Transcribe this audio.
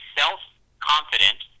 self-confident